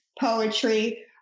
poetry